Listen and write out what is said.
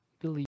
Believe